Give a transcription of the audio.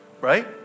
Right